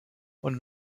und